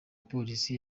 polisi